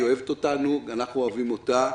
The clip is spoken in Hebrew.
היא אוהבת אותנו ואנחנו אוהבים אותה,